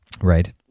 Right